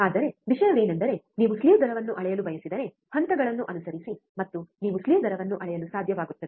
ಆದರೆ ವಿಷಯವೆಂದರೆ ನೀವು ಸ್ಲೀವ್ ದರವನ್ನು ಅಳೆಯಲು ಬಯಸಿದರೆ ಹಂತಗಳನ್ನು ಅನುಸರಿಸಿ ಮತ್ತು ನೀವು ಸ್ಲೀವ್ ದರವನ್ನು ಅಳೆಯಲು ಸಾಧ್ಯವಾಗುತ್ತದೆ